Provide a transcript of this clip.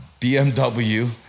BMW